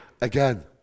again